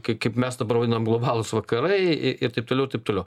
kai kaip mes dabar vadinam globalūs vakarai ir taip toliau ir taip toliau